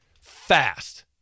fast